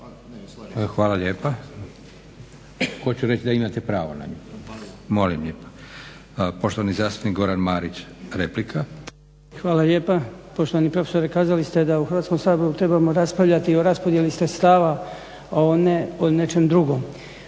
Hvala lijepa. Hoću reći da imate pravo na nju. Poštovani zastupnik Goran Marić replika. **Marić, Goran (HDZ)** Poštovani profesore kazali ste da u Hrvatskom saboru trebamo raspravljati i o raspodjeli sredstava a ne o nečem drugom.